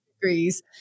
degrees